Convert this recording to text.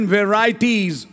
varieties